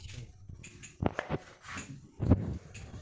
aquaculture, जहाक aquafarming भी जनाल जा छे पनीर नियंत्रित खेती छे